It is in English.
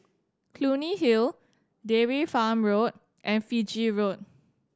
Clunny Hill Dairy Farm Road and Fiji Road